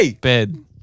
bed